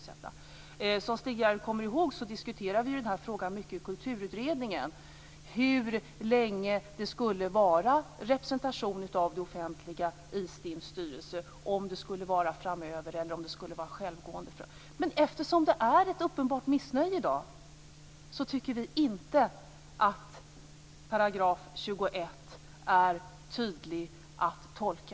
Som Henrik S Järrel kommer ihåg diskuterade vi den här frågan mycket i kulturutredningen, hur länge det skulle vara representation av offentliga företrädare i STIM:s styrelse, om det skulle vara det framöver eller om STIM skulle vara självgående. Men eftersom det finns ett uppenbart missnöje i dag tycker vi inte att 21 § är tydlig att tolka.